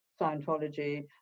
Scientology